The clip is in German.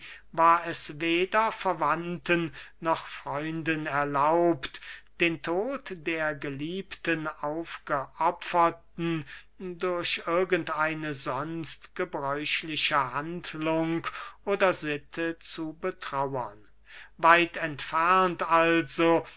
war es weder verwandten noch freunden erlaubt den tod der geliebten aufgeopferten durch irgend eine sonst gebräuchliche handlung oder sitte zu betrauern weit entfernt also